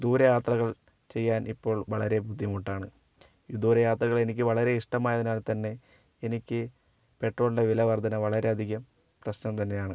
ദൂരെ യാത്രകൾ ചെയ്യാൻ ഇപ്പൊ വളരെ ബുദ്ധിമുട്ടാണ് ദൂരയാത്രകൾഎനിക്ക് വളരെ ഇഷ്ടമായതിനാൽത്തന്നെ എനിക്ക് പെട്രോളിൻ്റെ വിലവർധന വളരെയധികം പ്രശ്നം തന്നെയാണ്